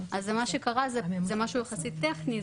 אז מה שקרה זה משהו יחסית טכני,